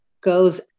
goes